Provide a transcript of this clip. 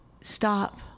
Stop